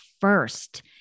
first